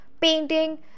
painting